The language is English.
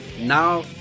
Now